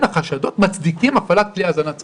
החשדות מצדיקים הפעלת כלי האזנת סתר.